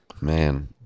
Man